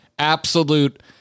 Absolute